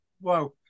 Wow